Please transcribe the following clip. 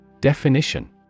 Definition